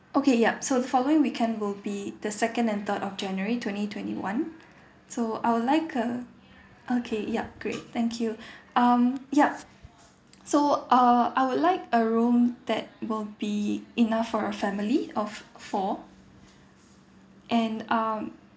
okay yup so the following weekend will be the second and third of january twenty twenty one so I will like a okay yup great thank you um yup so uh I would like a room that will be enough for a family of four and um